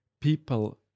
people